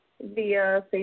via